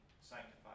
sanctified